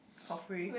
for free